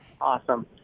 Awesome